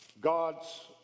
God's